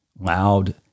loud